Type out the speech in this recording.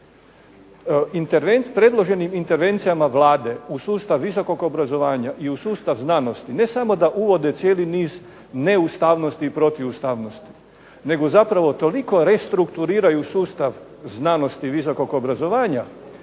Predloženim intervencijama Vlade u sustav visokog obrazovanja, i u sustav znanosti, ne samo da uvode cijeli niz neustavnosti i protiv ustavnosti, nego zapravo toliko restrukturiraju sustav znanosti i visokog obrazovanja,